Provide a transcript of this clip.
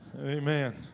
Amen